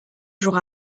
jours